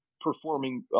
performing